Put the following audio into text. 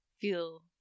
feel